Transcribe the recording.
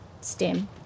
stem